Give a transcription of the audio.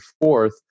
fourth